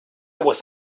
was